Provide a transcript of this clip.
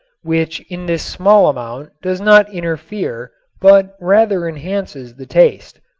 which in this small amount does not interfere but rather enhances the taste.